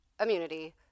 immunity